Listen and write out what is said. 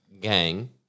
Gang